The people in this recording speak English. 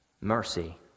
Mercy